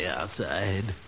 outside